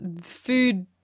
food